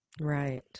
Right